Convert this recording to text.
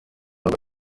nabo